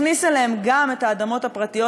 מכניס אליהן גם את האדמות הפרטיות,